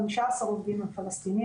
חמישה עשר עובדים הם פלסטינים.